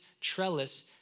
trellis